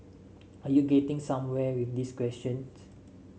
are you getting somewhere with this questions